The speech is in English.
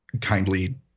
kindly